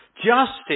justice